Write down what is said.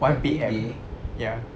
one P_M ya